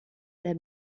lap